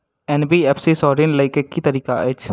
NBFC सँ ऋण लय केँ की तरीका अछि?